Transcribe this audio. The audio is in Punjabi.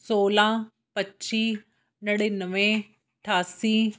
ਸੌਲਾਂ ਪੱਚੀ ਨੜ੍ਹਿਨਵੇਂ ਅਠਾਸੀ